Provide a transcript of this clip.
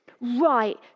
right